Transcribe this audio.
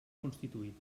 constituït